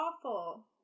awful